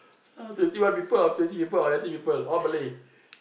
you see white people people people all Malay